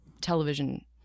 television